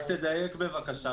רק תדייק בבקשה,